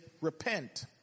repent